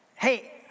Hey